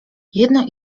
jedno